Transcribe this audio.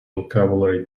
vocabulary